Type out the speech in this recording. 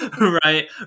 right